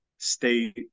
stay